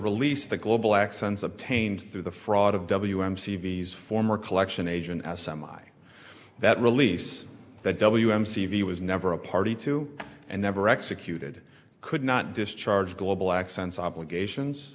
release the global accents obtained through the fraud of w m c v's former collection agent a semi that release that w m c v was never a party to and never executed could not discharge global accents obligations